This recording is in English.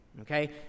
Okay